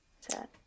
Sad